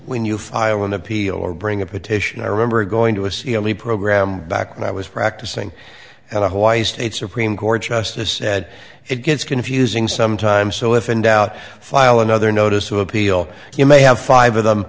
when you file an appeal or bring a petition i remember going to a c only program back when i was practicing and a hawaiian state supreme court justice said it gets confusing sometimes so if in doubt file another notice of appeal you may have five of them